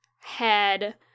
head